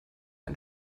ein